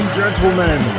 gentlemen